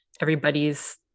everybody's